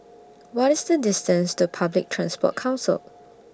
What IS The distance to Public Transport Council